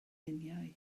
luniau